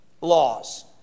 laws